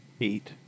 eight